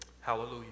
Hallelujah